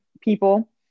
people